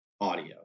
audio